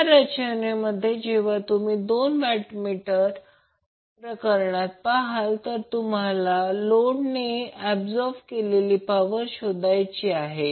या रचनेमध्ये जेव्हा तुम्ही 2 वॅट मीटर प्रकरणात पहाल तर तुम्हाला लोडने ऍबसॉर्ब केलेली पॉवर शोधायची आहे